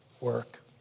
work